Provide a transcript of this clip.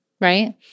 right